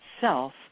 self